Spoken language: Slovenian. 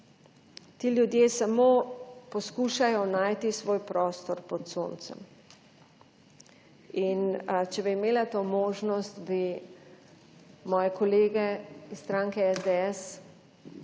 ti ljudje samo poskušajo najti svoj prostor pod soncem. In če bi imela to možnost, bi moje kolege iz stranke SDS,